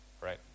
Right